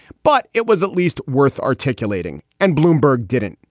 but it was at least worth articulating, and bloomberg didn't.